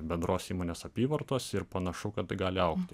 bendros įmonės apyvartos ir panašu kad tai gali augti